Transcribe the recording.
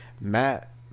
Matt